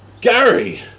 Gary